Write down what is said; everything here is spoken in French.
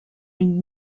une